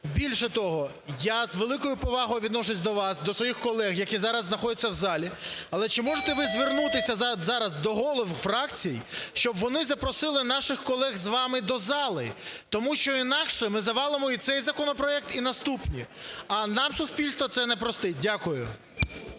Більше того, я з великою повагою відношусь до вас, до своїх колег, які зараз знаходяться в залі. Але, чи можете ви звернутися зараз до голів фракцій, щоб вони запросили наших колег з вами до зали? Тому що інакше ми завалимо і цей законопроект, і наступні. А нам суспільство цього не простить. Дякую.